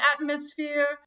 atmosphere